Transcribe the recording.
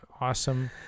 awesome